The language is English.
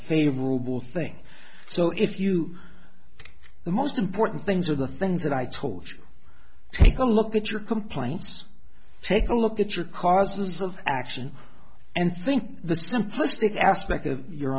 favorable thing so if you the most important things are the things that i told you take a look at your complaints take a look at your causes of action and think the simplistic aspect of your